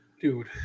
Dude